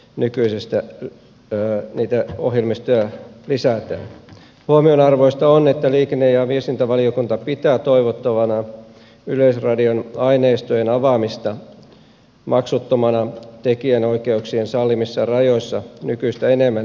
nykyisistä päätteitä ja ohjelmistoja lisätä omien huomionarvoista on että liikenne ja viestintävaliokunta pitää toivottavana yleisradion aineistojen avaamista maksuttomana tekijänoikeuksien sallimissa rajoissa nykyistä enemmän yleiseen käyttöön